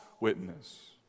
witness